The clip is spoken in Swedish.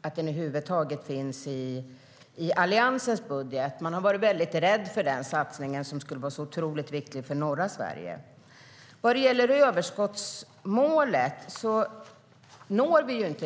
att den över huvud taget finns med i Alliansens budget. Man har varit mycket rädd för den satsningen, som skulle vara så otroligt viktig för norra Sverige.Överskottsmålet når vi inte.